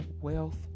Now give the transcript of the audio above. wealth